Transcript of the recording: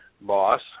boss